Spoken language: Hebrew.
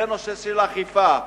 זה נושא של אכיפה.